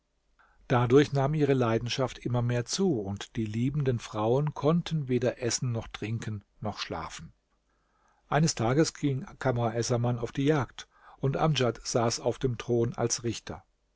dadurch nahm ihre leidenschaft immer mehr zu und die liebenden frauen konnten weder essen noch trinken noch schlafen eines tages ging kamr essaman auf die jagd und amdjad saß auf dem thron als richter